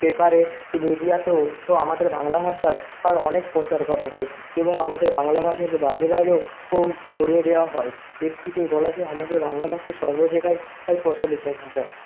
পেপারে মিডিয়াতেও ও আমাদের বাংলাভাষার আর অনেক প্রচার করা হয় এবং আমাদের বাংলাভাষাকে বাইরে বাইরেও ছড়িয়ে দেওয়া হয় এর থেকেই বলা যে আমাদের বাংলাভাষা সর্ব জায়গায় প্রচলিত ভাষা